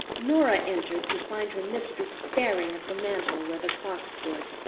norah entered to find her mistress staring at the mantel where the clock stood.